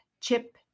chip